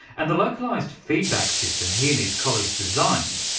and the localised feedback system he and his colleagues designed,